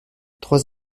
trois